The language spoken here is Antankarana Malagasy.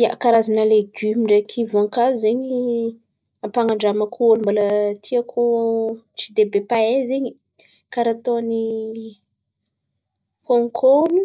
ia, karazan̈̈a legioma ndraiky voankazo zen̈y ampanandramako ôlo mbôla tiako tsy dia, be mpahay zen̈y karà ataon̈y kônokôno;